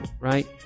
Right